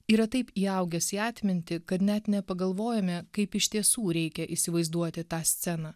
yra taip įaugęs į atmintį kad net nepagalvojome kaip iš tiesų reikia įsivaizduoti tą sceną